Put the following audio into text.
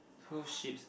two sheep's